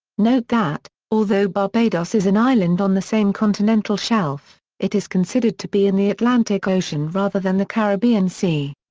note that, although barbados is an island on the same continental shelf, it is considered to be in the atlantic ocean rather than the caribbean sea.